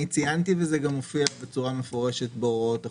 אני ציינתי וזה גם מופיע בצורה מפורשת בהוראות החוק,